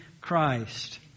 Christ